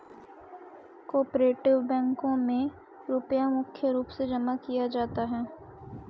को आपरेटिव बैंकों मे रुपया मुख्य रूप से जमा किया जाता है